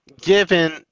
given